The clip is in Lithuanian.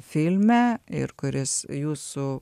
filme ir kuris jūsų